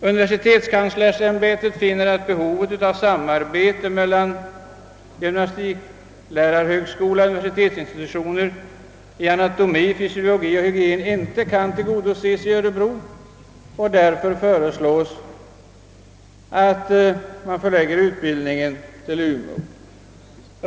Universitetskanslersämbetet finner att behovet av samarbete mellan gymnastiklärarhögskola och <universitetsinstitutioner i anatomi, fysiologi och hygien inte kan tillgodoses i Örebro. Av den anledningen föreslås förläggning av utbildningen till Umeå.